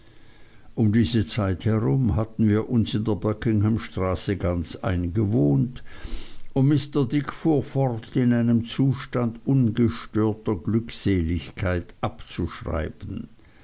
um diese zeit herum hatten wir uns in der buck ingham straße ganz eingewohnt und mr dick fuhr fort in einem zustand ungestörter glückseligkeit abzuschreiben